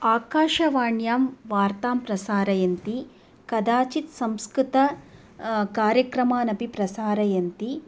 आकाशवाण्यां वार्तां प्रसारयन्ति कदाचित् संस्कृत कार्यक्रमानपि प्रसारयन्ति